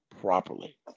properly